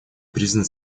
призваны